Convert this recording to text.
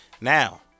Now